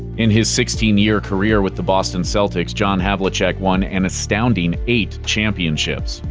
in his sixteen year career with the boston celtics, john havlicek won an astounding eight championships,